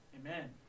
Amen